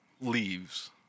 leaves